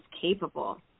capable